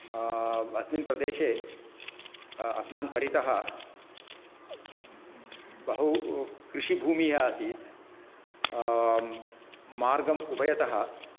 अस्मिन् प्रदेशे अस्मान् परितः बहु कृषिभूमिः आसीत् मार्गम् उभयतः